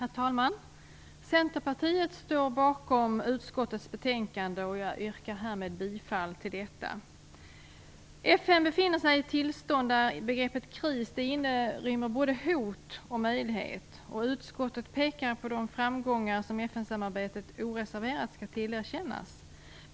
Herr talman! Centerpartiet står bakom utskottets betänkande, och jag yrkar härmed bifall till utskottets hemställan. FN befinner sig i ett tillstånd där begreppet kris inrymmer både hot och möjlighet. Utskottet pekar på de framgångar som FN-samarbetet oreserverat skall tillerkännas.